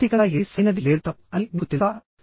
నైతికంగా ఏది సరైనది లేదా తప్పు అని మీకు తెలుసా